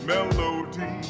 Melody